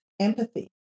empathy